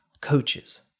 coaches